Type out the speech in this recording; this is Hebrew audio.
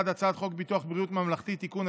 1. הצעת חוק ביטוח בריאות ממלכתי (תיקון,